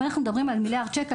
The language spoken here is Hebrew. אם אנחנו מדברים על מיליארד שקל,